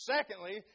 Secondly